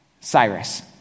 Cyrus